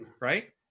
right